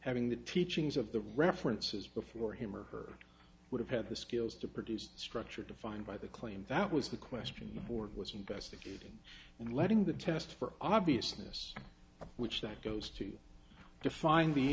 having the teachings of the references before him or her would have had the skills to produce structure defined by the claim that was the question board was investigating and letting the test for obviousness which that goes to define